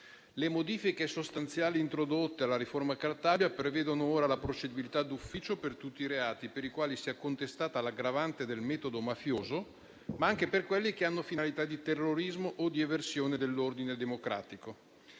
Le modifiche sostanziali introdotte alla riforma Cartabia prevedono ora la procedibilità d'ufficio per tutti i reati per i quali sia contestata l'aggravante del metodo mafioso, ma anche per quelli che hanno finalità di terrorismo o di eversione dell'ordine democratico.